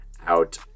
out